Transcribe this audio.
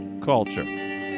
Culture